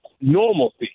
normalcy